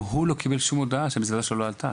גם הוא לא קיבל הודעה שהמזוודה שלו עלתה.